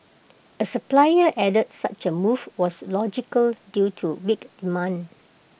A supplier added such A move was logical due to weak demand